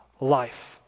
life